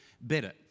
better